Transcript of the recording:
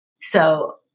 So-